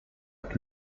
jak